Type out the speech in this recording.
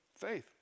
faith